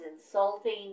insulting